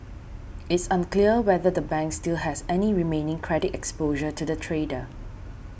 it's unclear whether the bank still has any remaining credit exposure to the trader